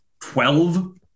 Twelve